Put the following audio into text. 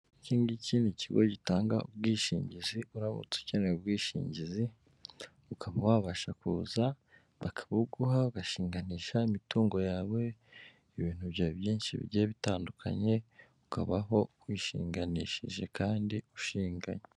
Ikingiki n'ikigo gitanga ubwishingizi, uramutse ukeneye ubwishingizi ukaba wabasha kuza bakabuguha, agashinganisha imitungo yawe, ibintu byawe byinshi bigiye bitandukanye, ukabaho wishinganishije kandi ushinganye.